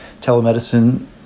telemedicine